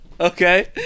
Okay